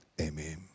amen